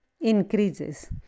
increases